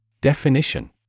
Definition